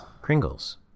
Kringle's